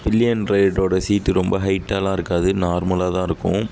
billion டிரைவ்ரோட சீட்டு ரொம்ப ஹைட்டாலாம் இருக்காது நார்மலாக தான் இருக்கும்